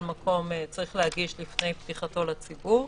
המקום צריך להגיש לפני פתיחתו לציבור,